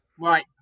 Right